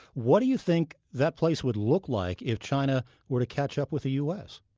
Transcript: what do you think that place would look like if china were to catch up with the u s?